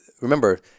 remember